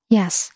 Yes